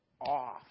off